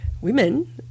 women